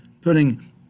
putting